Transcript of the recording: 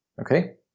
okay